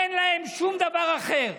אין להם שום דבר אחר.